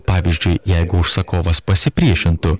pavyzdžiui jeigu užsakovas pasipriešintų